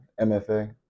MFA